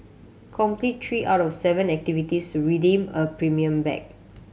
complete three out of seven activities to redeem a premium bag